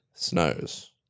Snows